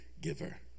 giver